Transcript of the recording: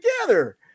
together